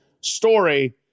story